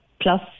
Plus